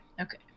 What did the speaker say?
Okay